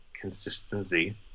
consistency